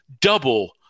double